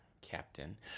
Captain